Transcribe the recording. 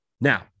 Now